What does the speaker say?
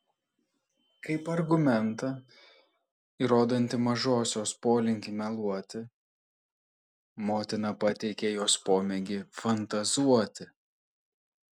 kaip argumentą įrodantį mažosios polinkį meluoti motina pateikė jos pomėgį fantazuoti